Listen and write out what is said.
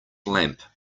lamp